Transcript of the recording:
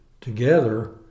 together